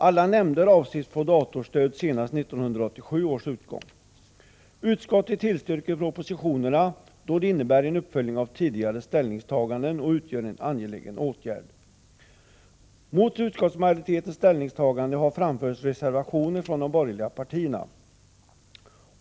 Alla nämnder avses få datorstöd senast vid 1987 års utgång. Utskottet tillstyrker propositionerna, då de innebär en uppföljning av tidigare ställningstaganden och utgör en angelägen åtgärd. Mot utskottsmajoritetens ställningstagande har avgivits reservationer från de borgerliga partierna.